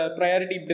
priority